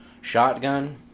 shotgun